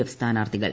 F സ്ഥാനാർത്ഥികൾ